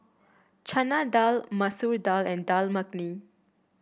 Chana Dal Masoor Dal and Dal Makhani